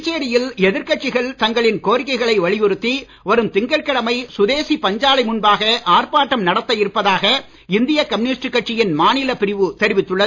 புதுச்சேரியில் எதிர் கட்சிகள் தங்களின் கோரிக்கைகளை வலியுறுத்தி வரும் திங்கட்கிழமை சுதேசிப் பஞ்சாலை முன்பாக ஆர்ப்பாட்டம் நடத்த இருப்பதாக இந்திய கம்யூனிஸ் கட்சியின் மாநிலப் பிரிவு தெரிவித்துள்ளது